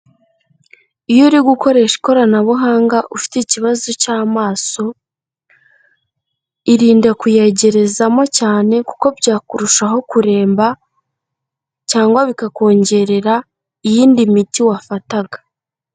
Iyo uri gukoresha ikoranabuhanga ufite ikibazo cy'amaso, irinde kuyegerezamo cyane kuko byakurushaho kuremba cyangwa bikakongerera iyindi miti wafataga.